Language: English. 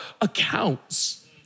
accounts